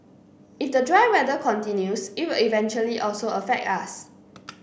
if the dry weather continues it will eventually also affect us